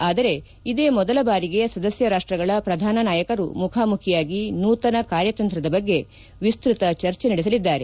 ಆದರೆ ಇದೇ ಮೊದಲ ಬಾರಿಗೆ ಸದಸ್ಯ ರಾಷ್ಟಗಳ ಪ್ರಧಾನ ನಾಯಕರು ಮುಖಾಮುಖಿಯಾಗಿ ನೂತನ ಕಾರ್ಯತಂತ್ರದ ಬಗ್ಗೆ ವಿಸ್ತೃತ ಚರ್ಚೆ ನಡೆಸಲಿದ್ದಾರೆ